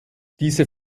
diese